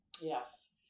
Yes